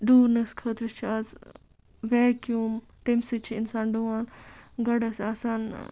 ڈُونَس خٲطرٕ چھِ اَز ویکیوٗم تمہِ سۭتۍ چھِ اِنسان ڈُوان گۄڈٕ ٲس آسان